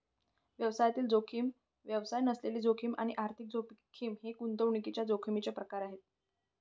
व्यवसायातील जोखीम, व्यवसाय नसलेली जोखीम आणि आर्थिक जोखीम हे गुंतवणुकीच्या जोखमीचे प्रकार आहेत